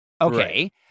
Okay